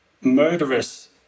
murderous